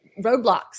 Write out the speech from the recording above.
roadblocks